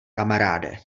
kamaráde